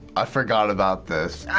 i forgot about this.